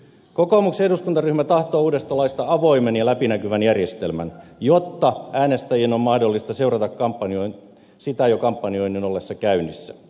kokoomuksen eduskuntaryhmä tahtoo uudesta laista avoimen ja läpinäkyvän järjestelmän jotta äänestäjien on mahdollista seurata sitä jo kampanjoinnin ollessa käynnissä